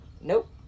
nope